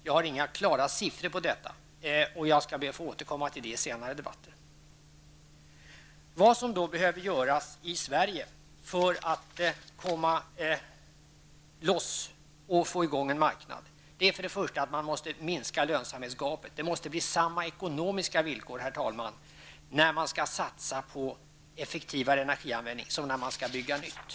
Jag har inga klara siffror på detta, och jag skall be att få återkomma till det senare i debatten. Vad som behöver göras i Sverige för att komma loss och få i gång en marknad är för det första att man måste minska lönsamhetsgapet. Det måste bli samma ekonomiska villkor när man skall satsa på effektivare energianvändning som när man skall bygga nytt.